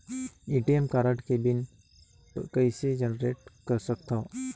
ATM card के PIN कइसे generate कर सकथव?